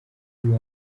uyu